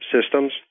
systems